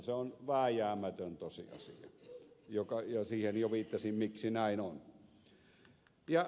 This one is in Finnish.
se on vääjäämätön tosiasia ja siihen jo viittasin miksi näin on